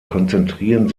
konzentrieren